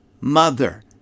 mother